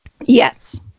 Yes